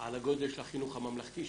על הגודל של החינוך הממלכתי שלו,